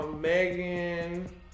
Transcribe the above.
Megan